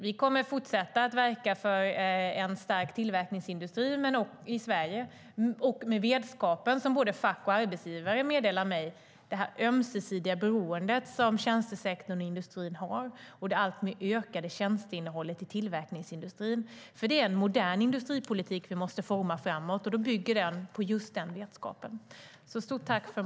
Vi kommer att fortsätta att verka för en stark tillverkningsindustri i Sverige. Både fack och arbetsgivare informerar mig om det här ömsesidiga beroendet som tjänstesektorn och industrin har och det alltmer ökade tjänsteinnehållet i tillverkningsindustrin. Det är en modern industripolitik som vi måste forma framåt, och den bygger på just den vetskapen.